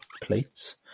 plates